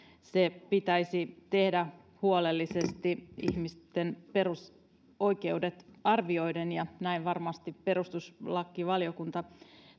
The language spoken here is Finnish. se pitäisi tehdä huolellisesti ihmisten perusoikeudet arvioiden ja näitä varmasti perustuslakivaliokunta